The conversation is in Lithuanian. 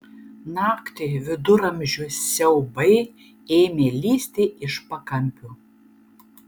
naktį viduramžių siaubai ėmė lįsti iš pakampių